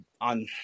on